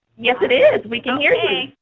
yes, it is. we can hear you.